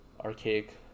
archaic